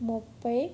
ముప్పై